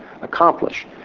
accomplish